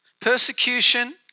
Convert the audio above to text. Persecution